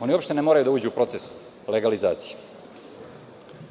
oni uopšte ne moraju da uđu u proces legalizacije. Postavlja